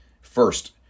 first